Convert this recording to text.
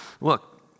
Look